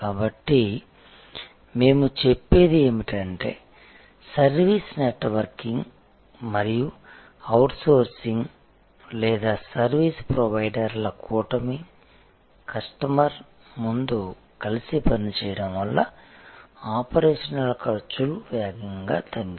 కాబట్టి మేము చెప్పేది ఏమిటంటే సర్వీస్ నెట్వర్కింగ్ మరియు అవుట్సోర్సింగ్ లేదా సర్వీస్ ప్రొవైడర్ల కూటమి కస్టమర్ ముందు కలిసి పనిచేయడం వలన ఆపరేషనల్ ఖర్చులు వేగంగా తగ్గుతాయి